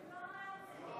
לא,